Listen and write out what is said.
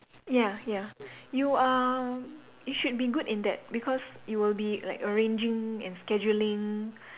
ya ya you are you should be good in that because you will be like arranging and scheduling